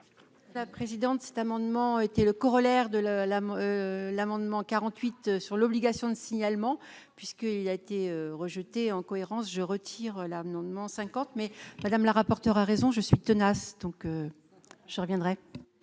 Menier. Sa présidente, cet amendement, été le corollaire de la l'amendement 48 sur l'obligation de signalement puisque il a été rejeté en cohérence, je retire l'homme non, devant 50 mais Madame la rapporteure a raison, je suis tenace, donc je reviendrai.